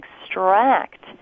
extract